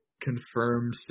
confirmed